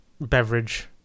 beverage